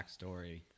backstory